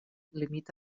limita